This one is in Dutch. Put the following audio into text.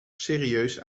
serieus